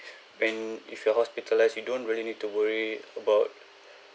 then if you are hospitalised you don't really need to worry about